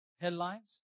Headlines